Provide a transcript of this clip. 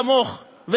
כמוך.